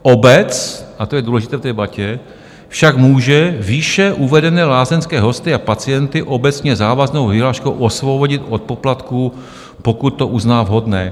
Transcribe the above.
Obec a to je důležité v té debatě však může výše uvedené lázeňské hosty a pacienty obecně závaznou vyhláškou osvobodit od poplatků, pokud to uzná vhodné.